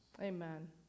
amen